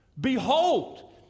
Behold